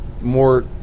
more